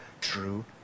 true